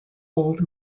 old